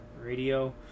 radio